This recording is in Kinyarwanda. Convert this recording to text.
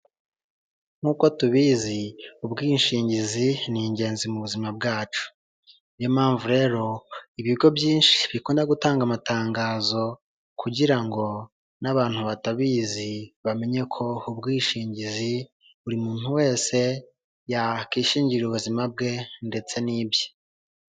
Nkuko tubizi ubwishingizi ni ingenzi mu buzima bwacu niyo mpamvu rero ibigo bikunda gutanga amatangazo, kugira ngo n'abantu batabizi bamenye ko ubwishingizi buri muntu wese yakishingira ubuzima bwe ndetse n'bye.